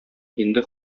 инде